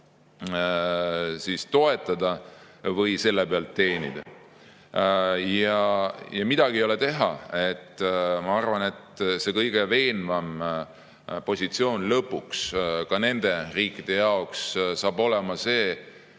toetada või selle pealt teenida. Ja midagi ei ole teha, ma arvan, et kõige veenvam positsioon lõpuks ka nende riikide jaoks on see,